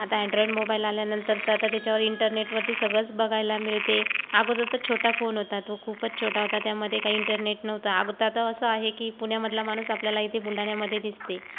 आता android mobile आल्यानंतर तर आता त्याच्यावर इंटरनेटवरती सगळंच बघायला मिळते आगोदर तर छोटा फोन होता तो खूपच छोटा होता त्यामध्ये काय इंटरनेट नव्हता आगोता त असं आहे की पुण्यामधला माणूस आपल्याला इथे बुंढाण्यामध्ये दिसते